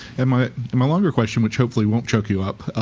and my my longer question which hopefully won't choke you up.